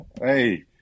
Hey